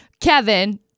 Kevin